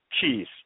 cheese